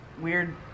weird